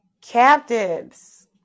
captives